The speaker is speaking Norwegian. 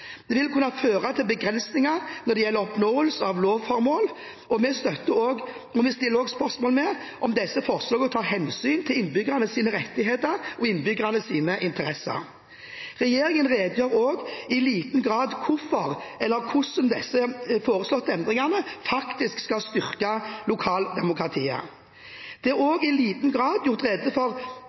Det vil kunne føre til begrensninger når det gjelder oppnåelse av lovformål, og vi stiller også spørsmål ved om disse forslagene tar hensyn til innbyggernes rettigheter og interesser. Regjeringen redegjør også i liten grad for hvordan disse foreslåtte endringene faktisk skal styrke lokaldemokratiet. Det er også i liten grad gjort rede for